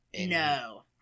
no